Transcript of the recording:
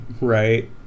Right